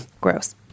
Gross